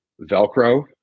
velcro